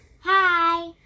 Hi